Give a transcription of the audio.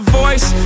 voice